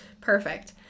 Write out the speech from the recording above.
Perfect